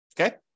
Okay